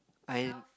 I